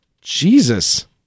Jesus